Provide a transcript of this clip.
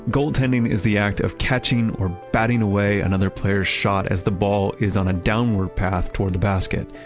goaltending is the act of catching or batting away another player's shot as the ball is on a downward path toward the basket.